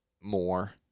more